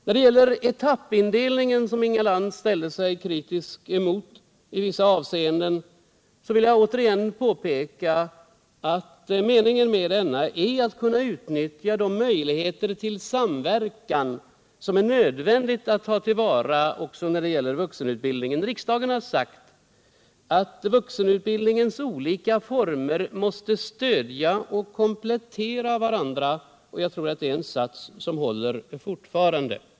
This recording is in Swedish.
När det gäller etappindelningen, som Inga Lantz ställde sig kritisk mot i vissa avseenden, vill jag återigen påpeka att meningen med denna är att kunna utnyttja de möjligheter till samverkan som det är nödvändigt att ta till vara också i fråga om vuxenutbildningen. Riksdagen har uttalat att vuxenutbildningens olika former måste stödja och komplettera varandra. Jag tror att det är en sats som håller fortfarande.